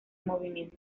movimiento